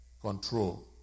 Control